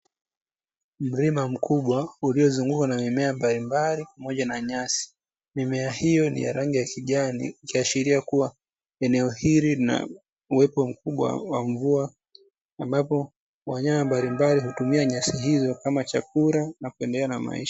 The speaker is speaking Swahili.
Mlima mkubwa uliozungukwa na mimea mbalimbali, pamoja na nyasi, mimea hiyo ni ya rangi ya kijani ikiashiria kuwa, eneo hili lina uwepo wa mkubwa wa mvua ambapo wanyama mbalimbali hutumia nyasi hizo kama chakula na kendelea na maisha.